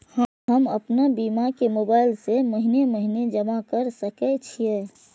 हम आपन बीमा के मोबाईल से महीने महीने जमा कर सके छिये?